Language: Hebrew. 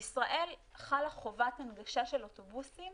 בישראל חלה חובת הנגשה של אוטובוסים